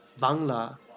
Bangla